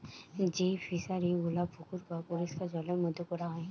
যেই ফিশারি গুলা পুকুর বা পরিষ্কার জলের মধ্যে কোরা হয়